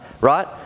right